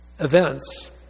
Events